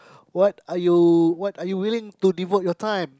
what are you what are you willing to devote your time